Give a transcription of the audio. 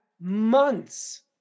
months